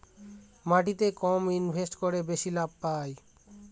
মাটিতে কম ইনভেস্ট করে বেশি লাভ পাই